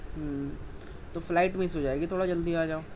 تو flight miss ہو جائے گی تھوڑا جلدی آ جاؤ